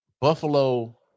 Buffalo